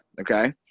Okay